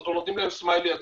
או נותנים להם סמיילי עצוב.